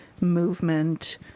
movement